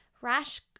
rash